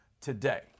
today